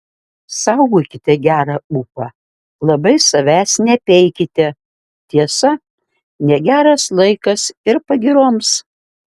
saugokite gerą ūpą labai savęs nepeikite tiesa negeras laikas ir pagyroms